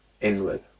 inward